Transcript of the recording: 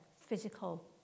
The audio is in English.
physical